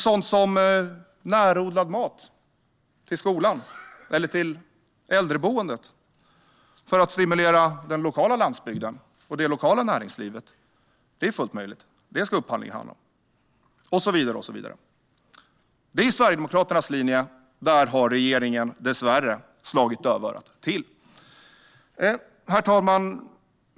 Sådant som närodlad mat till skolan eller till äldreboendet för att stimulera den lokala landsbygden och det lokala näringslivet ska upphandlingen handla om. Det är Sverigedemokraternas linje. Där har regeringen dessvärre slagit dövörat till. Herr talman!